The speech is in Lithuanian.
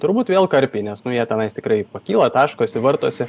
turbūt vėl karpiai nes nu jie tenais tikrai pakyla taškosi vartosi